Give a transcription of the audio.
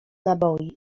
naboi